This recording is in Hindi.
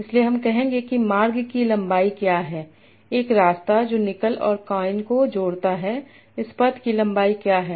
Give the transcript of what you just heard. इसलिए हम कहेंगे कि मार्ग की लंबाई क्या है एक रास्ता जो निकल और कॉइन को जोड़ता है इस पथ की लंबाई क्या है